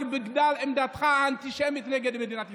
רק בגלל עמדתך האנטישמית נגד מדינת ישראל.